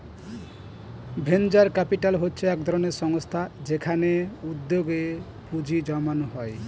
venture capital হচ্ছে একধরনের সংস্থা যেখানে উদ্যোগে পুঁজি জমানো হয়